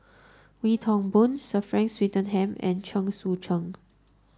Wee Toon Boon Sir Frank Swettenham and Chen Sucheng